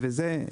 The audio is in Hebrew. וזה,